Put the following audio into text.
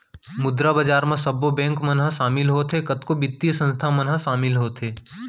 मुद्रा बजार म सब्बो बेंक मन ह सामिल होथे, कतको बित्तीय संस्थान मन ह सामिल होथे